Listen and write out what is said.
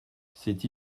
c’est